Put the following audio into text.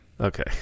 Okay